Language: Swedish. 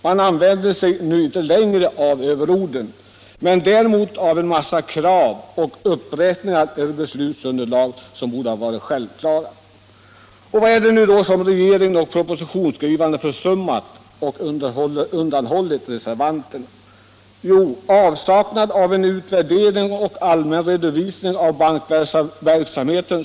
Man använder inte längre några överord, däremot ställer man en massa krav och räknar upp vilka beslutsunderlag som borde ha varit självklara. Vad är det då som regeringen och dess propositionsskrivare har försummat och undanhållit reservanterna? Jo, reservanterna vill ha en utvärdering och allmän redovisning av bankverksamheten.